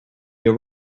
your